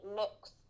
looks